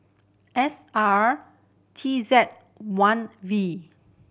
S R T Z one V